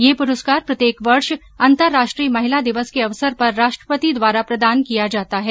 यह पुरस्कार प्रत्येक वर्ष अंतरराष्ट्रीय महिला दिवस के अवसर पर राष्ट्रपति द्वारा प्रदान किया जाता है